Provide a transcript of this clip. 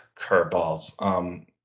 curveballs